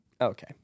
Okay